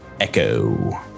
Echo